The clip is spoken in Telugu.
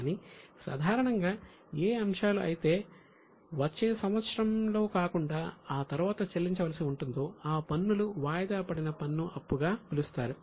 కాని సాధారణంగా ఏ అంశాలు అయితే వచ్చే సంవత్సరంలో కాకుండా ఆ తరువాత చెల్లించవలసి ఉంటుందో ఆ పన్ను లు వాయిదాపడిన పన్ను అప్పుగా పిలుస్తారు